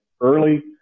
early